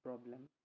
problem